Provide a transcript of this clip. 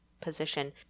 position